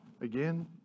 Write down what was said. again